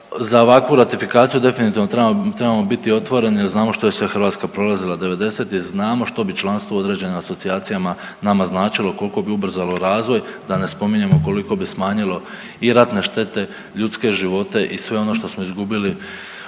Za ovakvu ratifikaciju definitivno trebamo, trebamo biti otvoreni jer znamo što je sve Hrvatska prolazila '90.-ih, znamo što bi članstvo u određenim asocijacijama nama značilo, koliko bi ubrzalo razvoj da ne spominjemo koliko bi smanjilo i ratne štete, ljudske živote i sve ono što smo izgubili